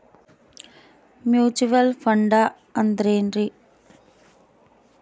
Mutual fund ಅಂದ್ರೆನ್ರಿ?